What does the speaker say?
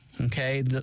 okay